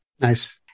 Nice